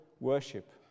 worship